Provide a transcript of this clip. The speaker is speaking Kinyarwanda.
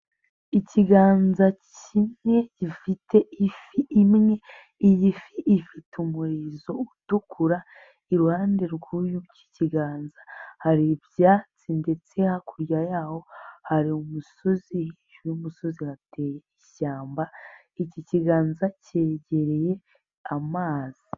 Ikiganza kimwe gifite ifi imwe, iyi fi ifite umurizo utukura, iruhande rw'ikiganza hari ibyatsi ndetse hakurya yaho hari umusozi, hejuru y'umusozi hateye ishyamba, iki kiganza cyegereye amazi.